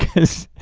yes.